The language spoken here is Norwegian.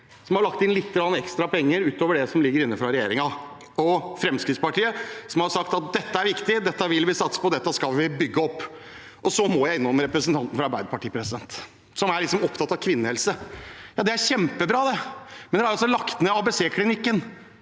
som har lagt inn lite grann ekstra penger utover det som ligger inne fra regjeringen – og Fremskrittspartiet, som har sagt at dette er viktig, dette vil vi satse på, og dette skal vi bygge opp. Så må jeg innom representanten fra Arbeiderpartiet, som liksom er opptatt av kvinnehelse. Det er kjempebra, men de har altså lagt ned ABC-klinikken.